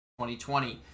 2020